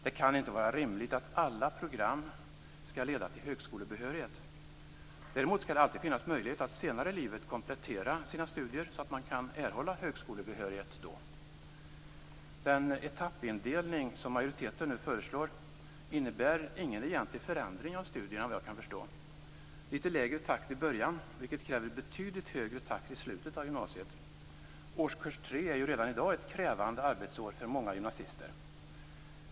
Det kan inte vara rimligt att alla program skall leda till högskolebehörighet. Däremot skall det alltid finnas möjlighet att senare i livet komplettera sina studier, så att man då kan erhålla högskolebehörighet. Den etappindelning som majoriteten nu föreslår innebär ingen egentlig förändring av studierna, såvitt jag kan förstå. Det är litet lägre takt i början, vilket kräver betydligt högre takt i slutet av gymnasiet. Årskurs 3 är redan i dag ett krävande arbetsår för många gymnasister.